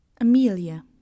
Amelia